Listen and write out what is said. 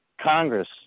Congress